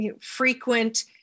frequent